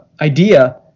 idea